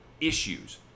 issues